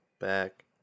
back